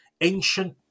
ancient